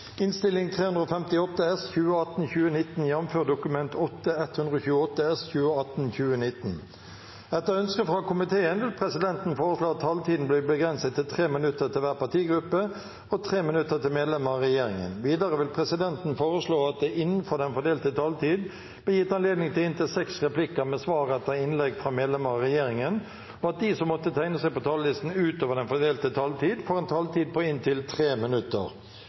minutter til medlemmer av regjeringen. Videre vil presidenten foreslå at det – innenfor den fordelte taletid – blir gitt anledning til inntil seks replikker med svar etter innlegg fra medlemmer av regjeringen, og at de som måtte tegne seg på talerlisten utover den fordelte taletid, får en taletid på inntil 3 minutter.